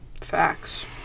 Facts